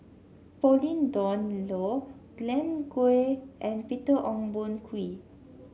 Pauline Dawn Loh Glen Goei and Peter Ong Boon Kwee